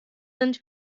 sind